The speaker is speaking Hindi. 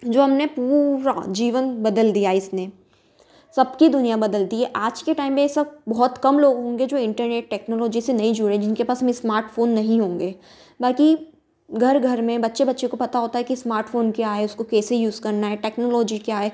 जो हमने पूरा जीवन बदल दिया इसने सबकी दुनिया बदलती है आज के टाइम में यह सब बहुत कम लोग होंगे जो इंटरनेट टेक्नोलॉजी से नहीं जुड़े जिनके पास में स्मार्टफोन नहीं होंगे बाकी घर घर में बच्चे बच्चे को पता होता है कि स्मार्टफोन क्या है उसको कैसे यूज़ करना है टेक्नोलॉजी क्या है